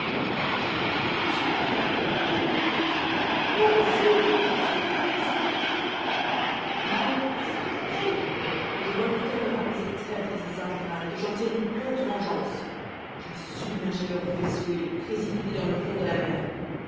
je lui racontai ce que j'avais fait pour l'un et pour l'autre et mon récit augmentant son indignation contre eux il faut s'écria-t-elle que je vole tout à l'heure après ces traîtres et ces ingrats et que j'en tire une prompte vengeance je vais submerger leur vaisseau et les précipiter dans le fond de la mer